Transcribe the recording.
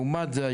לעומת זאת,